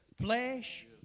flesh